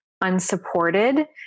unsupported